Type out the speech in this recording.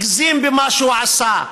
הגזים במה שהוא עשה,